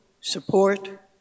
support